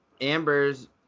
Amber's